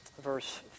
verse